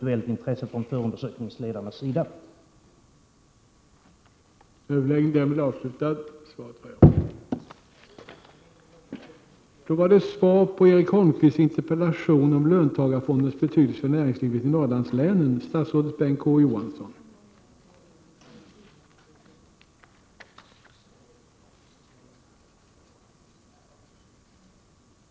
Hur vill statsrådet beskriva Norrlandslänens nytta av löntagarfonderna under åren som kommer?